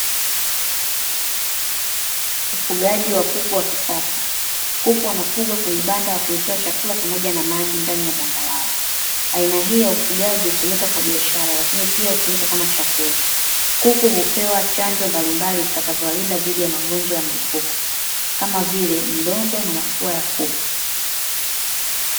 Ufugaji wa kuku wa kisasa. Kuku wanafugwa kwenye banda wakiletewa chakula pamoja na maji ndani ya banda lao. Aina hii ya ufugaji hutumika kwa biashara, lakini pia hutumika kama chakula. Kuku hupewa chanjo mbalimbali zitakazowalinda dhidi ya magonjwa ya mlipuko, kama vile mdondo, na mafua ya kuku.